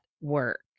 work